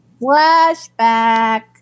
Flashback